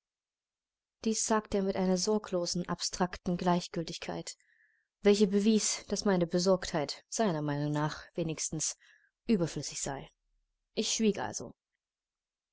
dies sagte er mit einer sorglosen abstrakten gleichgiltigkeit welche bewies daß meine besorgtheit seiner meinung nach wenigstens überflüssig sei ich schwieg also